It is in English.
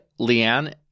Leanne